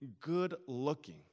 good-looking